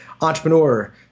entrepreneur